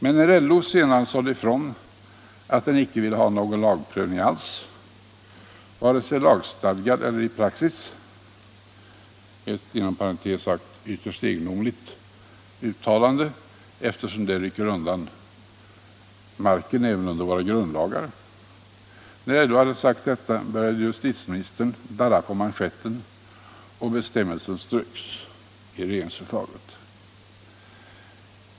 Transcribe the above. Men när LO senare sade ifrån att organisationen inte ville ha någon lagprövning alls, vare sig lagstadgad eller i praxis — ett ytterst egendomligt uttalande eftersom det rycker undan marken även för våra grundlagar — började justitieministern darra på manschetten och bestämmelsen ströks i regeringsförslaget.